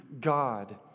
God